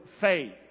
faith